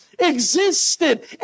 existed